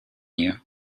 you